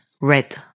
Red